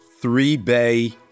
three-bay